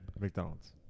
McDonald's